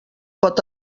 pot